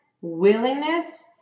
willingness